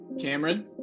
Cameron